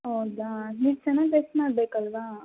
ಹೌದಾ ನೀವು ಚೆನ್ನಾಗ್ ರೆಸ್ಟ್ ಮಾಡಬೇಕಲ್ವಾ